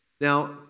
Now